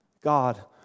God